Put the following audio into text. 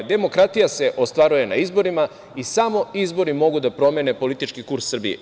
Demokratija se ostvaruje na izborima i samo izbori mogu da promene politički kurs Srbije.